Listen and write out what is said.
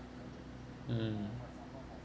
mmhmm